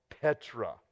Petra